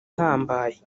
ihambaye